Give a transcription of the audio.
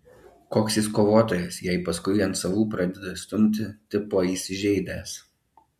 koks jis kovotojas jei paskui ant savų pradeda stumti tipo įsižeidęs